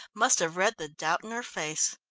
must have read the doubt in her face.